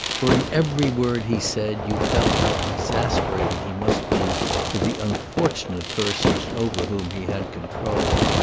for in every word he said you felt how exasperating he must be to the unfortunate persons over whom he had control.